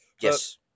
Yes